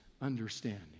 understanding